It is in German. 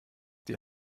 die